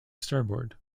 starboard